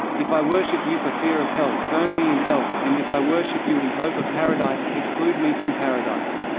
if i worship you for fear of hell, burn me in hell, and if i worship you in hope of paradise, exclude me from paradise.